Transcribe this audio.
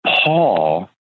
Paul